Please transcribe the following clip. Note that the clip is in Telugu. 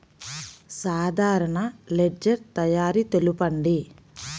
సాధారణ లెడ్జెర్ తయారి తెలుపండి?